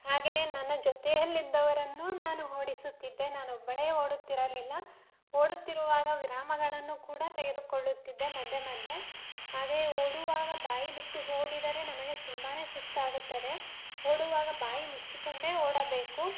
ಹಾಗೆಯೇ ನನ್ನ ಜೊತೆಯಲ್ಲಿದ್ದವರನ್ನು ನಾನು ಓಡಿಸುತ್ತಿದ್ದೆ ನಾನು ಒಬ್ಬಳೇ ಓಡುತ್ತಿರಲಿಲ್ಲ ಓಡುತ್ತಿರುವಾಗ ವಿರಾಮಗಳನ್ನು ಕೂಡ ತೆಗೆದುಕೊಳ್ಳುತ್ತಿದ್ದೆ ಮಧ್ಯೆ ಮಧ್ಯೆ ಹಾಗೆಯೇ ಓಡುವಾಗ ಬಾಯಿ ಬಿಟ್ಟು ಓಡಿದರೆ ನಮಗೆ ತುಂಬಾ ಸುಸ್ತಾಗುತ್ತದೆ ಓಡುವಾಗ ಬಾಯಿ ಮುಚ್ಚಿಕೊಂಡೇ ಓಡಬೇಕು